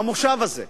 במושב הזה,